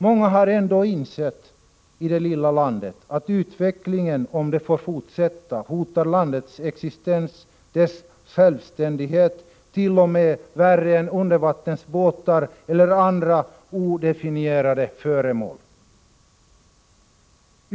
Många har ändå insett i det lilla landet att utvecklingen, om den får fortsätta, hotar landets existens och dess självständighet t.o.m. värre än undervattensbåtar eller andra odefinierade föremål.